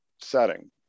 setting